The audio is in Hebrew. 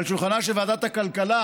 על שולחנה של ועדת הכלכלה